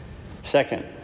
Second